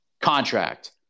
Contract